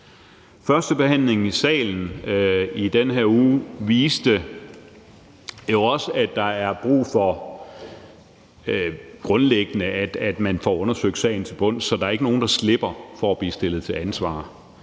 Førstebehandlingen i salen i den her uge viste jo også, at der grundlæggende er brug for, at man får undersøgt sagen til bunds, så der ikke er nogen, der slipper for at blive stillet til ansvar.